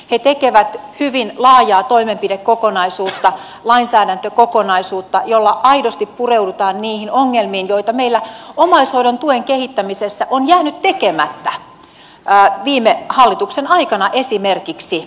he tekevät hyvin laajaa toimenpidekokonaisuutta lainsäädäntökokonaisuutta jolla aidosti pureudutaan niihin asioihin joita meillä omaishoidon tuen kehittämisessä on jäänyt tekemättä viime hallituksen aikana esimerkiksi